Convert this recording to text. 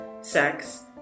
sex